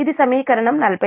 ఇది సమీకరణం 49